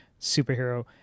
superhero